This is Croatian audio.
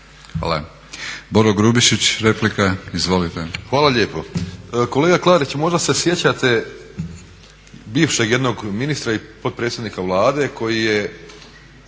izvolite. **Grubišić, Boro (HDSSB)** Hvala lijepo. Kolega Klarić, možda se sjećate bivšeg jednog ministra i potpredsjednika Vlade koji je